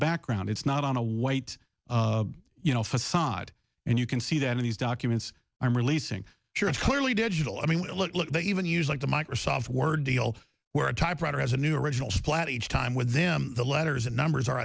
background it's not on a white you know facade and you can see that in these documents i'm releasing sure it's clearly digital i mean look they even use like the microsoft word deal where a typewriter has a new original splat each time with them the letters and numbers are